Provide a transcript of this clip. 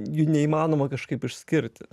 jų neįmanoma kažkaip išskirti